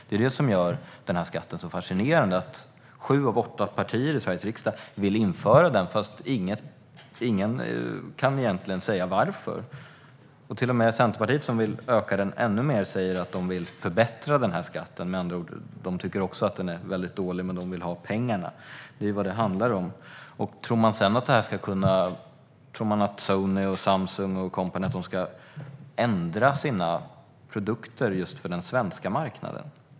Det är det som gör denna skatt så fascinerande: Sju av åtta partier i Sveriges riksdag vill införa den, men ingen kan egentligen säga varför. Till och med Centerpartiet, som vill höja den, säger att man vill förbättra skatten. Man tycker med andra ord också att den är dålig, men man vill ha pengarna. Det är vad det handlar om. Tror man att Sony, Samsung och company ska ändra sina produkter för just den svenska marknaden?